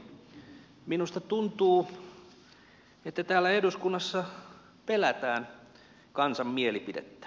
tosin minusta tuntuu että täällä eduskunnassa pelätään kansan mielipidettä